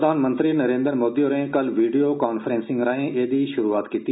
प्रधानमंत्री नरेन्द्र मोदी होरें कल वीडियो कॉन्फ्रेंसिंग राएं एहदी शुरुआत कीती